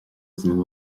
den